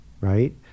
right